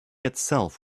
itself